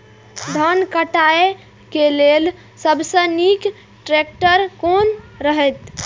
धान काटय के लेल सबसे नीक ट्रैक्टर कोन रहैत?